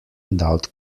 without